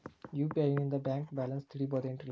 UPI ನಿಂದ bank balance ತಿಳಿಬಹುದೇನ್ರಿ?